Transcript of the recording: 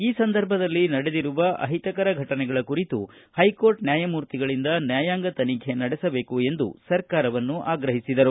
ಈ ಸಂದರ್ಭದಲ್ಲಿ ನಡೆದಿರುವ ಅಹಿತಕರ ಘಟನೆಗಳ ಕುರಿತು ಹೈಕೋರ್ಟ್ ನ್ಯಾಯಮೂರ್ತಿಗಳಿಂದ ನ್ಯಾಯಾಂಗ ತನಿಖೆ ನಡೆಸಬೇಕು ಎಂದು ಸರ್ಕಾರವನ್ನು ಆಗ್ರಹಿಸಿದರು